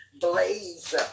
blaze